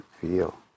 feel